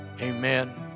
Amen